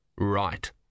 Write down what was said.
Right